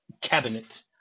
cabinet